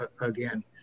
again